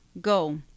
go